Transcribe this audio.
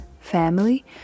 family